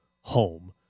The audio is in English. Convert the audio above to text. home